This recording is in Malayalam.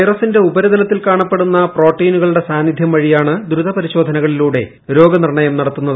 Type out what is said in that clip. വൈറസിന്റെ ഉപരിതലത്തിൽ കാണപ്പെടുന്ന പ്രോട്ടീനുകളുടെ സാന്നിധ്യം വഴിയാണ് ദ്രുത പരിശോധനകളിലൂടെ രോഗനിർണ്ണയം നടത്തുന്നത്